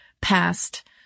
past